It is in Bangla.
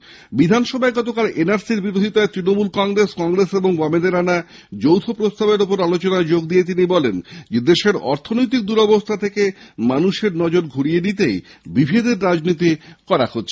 রাজ্য বিধানসভায় গতকাল এনআরসি র বিরোধিতায় তৃণমূল কংগ্রেস কংগ্রেস ও বামেদের আনা যৌথ প্রস্তাবের ওপর আলোচনায় অংশ নিয়ে তিনি বলেন দেশের অর্থনৈতিক দুরবস্থা থেকে মানুষের নজর ঘুরিয়ে দিতেই বিভেদের রাজনীতি করা হচ্ছে